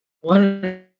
one